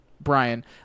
Brian